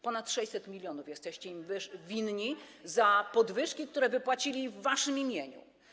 Ponad 600 mln jesteście im winni za podwyżki, które wypłacili w waszym imieniu.